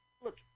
Look